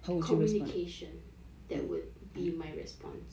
communication that would be my response